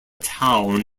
town